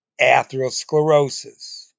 atherosclerosis